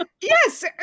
Yes